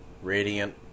radiant